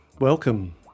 welcome